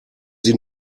sie